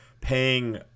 paying